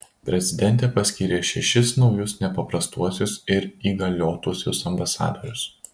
prezidentė paskyrė šešis naujus nepaprastuosius ir įgaliotuosiuos ambasadorius